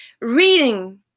Reading